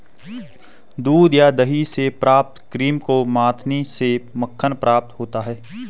दूध या दही से प्राप्त क्रीम को मथने से मक्खन प्राप्त होता है?